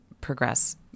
progress